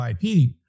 IP